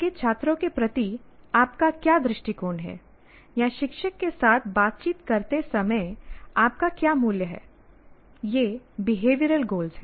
आपके छात्रों के प्रति आपका क्या दृष्टिकोण है या शिक्षक के साथ बातचीत करते समय आपका क्या मूल्य है ये बिहेवियरल गोलस हैं